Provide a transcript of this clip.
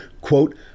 quote